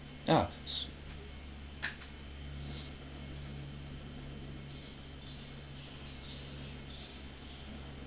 ya